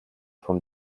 vom